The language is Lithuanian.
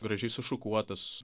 gražiai sušukuotas